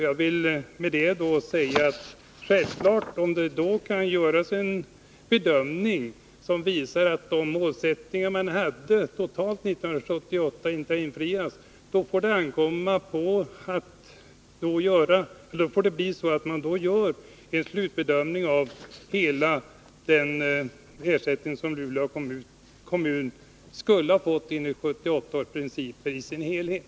Jag vill med detta säga att om det kan göras en bedömning som visar att de målsättningar man totalt hade 1978 inte har infriats, får man självfallet göra en slutbedömning av hela den ersättning som Luleå kommun skulle ha fått enligt 1978 års principer.